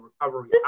recovery